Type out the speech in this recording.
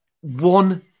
One